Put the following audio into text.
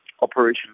Operation